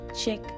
check